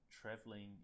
traveling